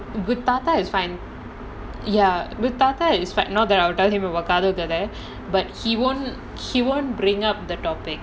with thatha is fine ya with thatha is fine not that I will tell him about but he won't he won't bring up the topic